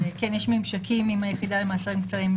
יש ממשקים עם היחידה למאסרים קצרים.